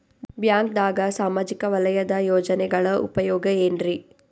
ಬ್ಯಾಂಕ್ದಾಗ ಸಾಮಾಜಿಕ ವಲಯದ ಯೋಜನೆಗಳ ಉಪಯೋಗ ಏನ್ರೀ?